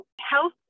health